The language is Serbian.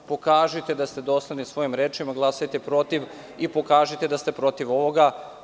Pokažite da ste dosledni svojim rečima i glasate protiv i pokažite da ste protiv ovoga.